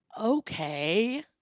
okay